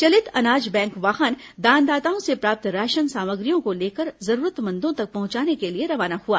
चलित अनाज बैंक वाहन दानदाताओं से प्राप्त राशन सामग्रियों को लेकर जरूरतमंदों तक पहुंचाने के लिए रवाना हुआ